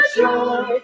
joy